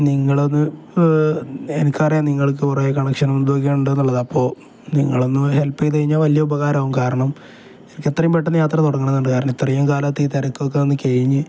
നിങ്ങളൊന്ന് എനിക്കറിയാം നിങ്ങള്ക്ക് കുറേ കണക്ഷനും ഇതുമൊക്കെയുണ്ടെന്നുള്ളത് അപ്പോള് നിങ്ങളൊന്ന് ഹെല്പ്പ് ചെയ്തുകഴിഞ്ഞാല് വലിയ ഉപകാരമാകും കാരണം എനിക്കെത്രയും പെട്ടെന്ന് യാത്ര തുടങ്ങണമെന്നുണ്ട് കാരണം ഇത്രയും കാലത്തെ ഈ തിരക്കൊക്കെയൊന്ന് കഴിഞ്ഞ്